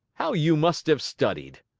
how you must have studied!